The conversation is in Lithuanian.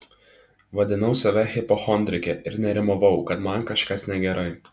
vadinau save hipochondrike ir nerimavau kad man kažkas negerai